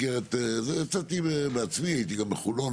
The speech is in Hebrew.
יצאתי בעצמי, הייתי גם בחולון,